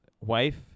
wife